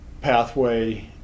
pathway